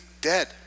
dead